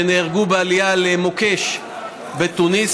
שנהרגו בעלייה על מוקש בתוניס,